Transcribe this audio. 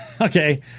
okay